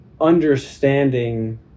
understanding